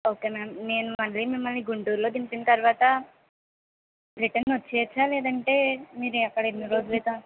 okay ma'am నేను మళ్ళీ మిమ్మల్ని గుంటూరులో దింపిన తర్వాత రిటర్న్ వచ్చేవచ్చా లేదంటే మీరు అక్కడ ఎన్ని రోజులు అయితే ఉం